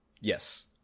yes